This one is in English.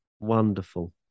Wonderful